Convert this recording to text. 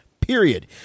period